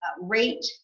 rate